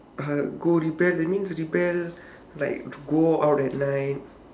(uh huh) go rebel that means rebel like go out at night